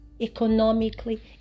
economically